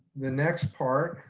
the next part,